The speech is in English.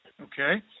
Okay